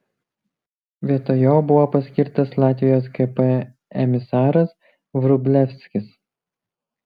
vietoj jo buvo paskirtas latvijos kp emisaras vrublevskis